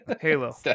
Halo